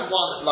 one